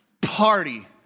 Party